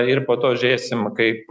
ir po to žiūrėsim kaip